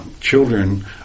children